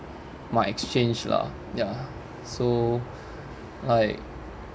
my exchange lah ya so I